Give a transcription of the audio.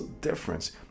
difference